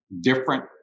different